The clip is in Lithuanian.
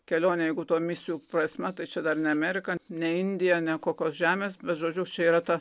kelionė jeigu ta misijų prasme tai čia dar ne amerika ne indija ne kokios žemės bet žodžiu čia yra ta